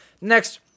Next